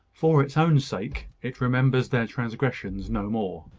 for its own sake, it remembers their transgressions no more.